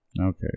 Okay